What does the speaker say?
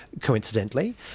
Coincidentally